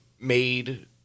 made